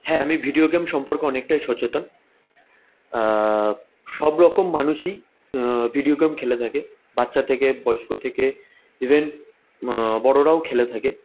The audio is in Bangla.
হ্যাঁ আমি ভিডিও গেম সম্পর্কে অনেকটাই সচেতন সব রকম মানুষই ভিডিও গেম খেলে থাকে বাচ্চা থেকে বয়স্ক থেকে ইভেন বড়রাও খেলে থাকে